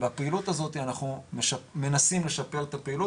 בפעילות הזאת אנחנו מנסים לשפר את הפעילות